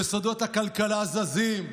יסודות הכלכלה זזים,